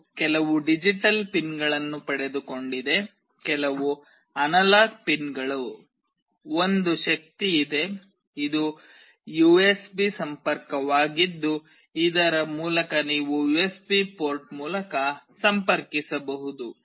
ಇದು ಕೆಲವು ಡಿಜಿಟಲ್ ಪಿನ್ಗಳನ್ನು ಪಡೆದುಕೊಂಡಿದೆ ಕೆಲವು ಅನಲಾಗ್ ಪಿನ್ಗಳು ಒಂದು ಶಕ್ತಿ ಇದೆ ಇದು ಯುಎಸ್ಬಿ ಸಂಪರ್ಕವಾಗಿದ್ದು ಇದರ ಮೂಲಕ ನೀವು ಯುಎಸ್ಬಿ ಪೋರ್ಟ್ ಮೂಲಕ ಸಂಪರ್ಕಿಸಬಹುದು